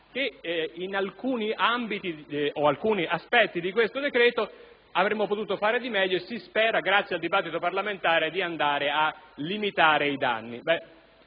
che su alcuni aspetti di questo decreto si sarebbe potuto fare meglio e si spera, grazie al dibattito parlamentare, di limitare i danni.